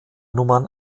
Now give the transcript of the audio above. nummern